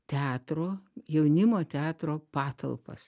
teatro jaunimo teatro patalpas